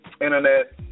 Internet